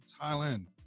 Thailand